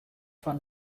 foar